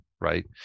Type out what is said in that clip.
right